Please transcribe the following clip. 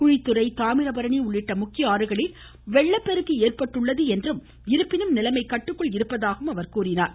குழித்துறை தாமிரபரணி உள்ளிட்ட முக்கிய ஆறுகளில் வெள்ளப்பெருக்கு ஏற்பட்டுள்ளது என்றும் இருப்பினும் நிலைமை கட்டுக்குள் இருப்பதாக அவர் கூறினார்